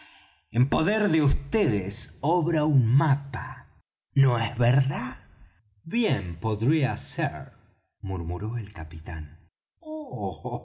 en poder de vds obra un mapa no es verdad bien podría ser murmuró el capitán